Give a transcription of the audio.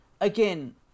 again